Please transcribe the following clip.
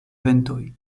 ventoj